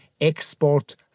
export